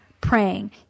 praying